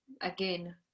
again